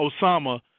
Osama